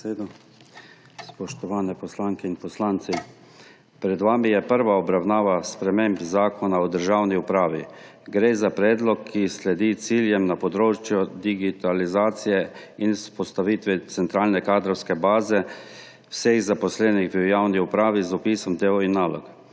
besedo. Spoštovane poslanke in poslanci! Pred vami je prva obravnava sprememb Zakona o državni upravi. Gre za predlog, ki sledi ciljem na področju digitalizacije in vzpostavitve centralne kadrovske baze vseh zaposlenih v javni upravi z opisom del in nalog.